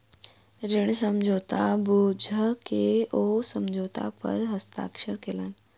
ऋण समझौता बुइझ क ओ समझौता पर हस्ताक्षर केलैन